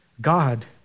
God